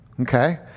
Okay